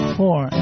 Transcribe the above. four